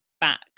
back